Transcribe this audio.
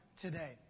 today